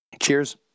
Cheers